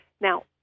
Now